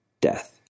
Death